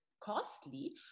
costly